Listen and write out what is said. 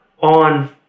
on